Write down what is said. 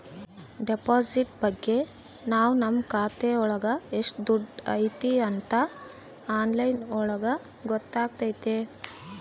deposit ಬಗ್ಗೆ ನಾವ್ ನಮ್ ಖಾತೆ ಒಳಗ ಎಷ್ಟ್ ದುಡ್ಡು ಐತಿ ಅಂತ ಆನ್ಲೈನ್ ಒಳಗ ಗೊತ್ತಾತತೆ